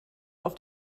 auf